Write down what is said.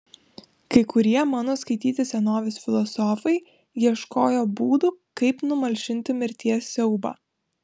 kai kurie mano skaityti senovės filosofai ieškojo būdų kaip numalšinti mirties siaubą